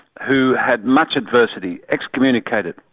who had much adversity, ex-communicated.